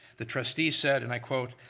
the trustee said, and i quote,